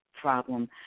problem